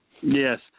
Yes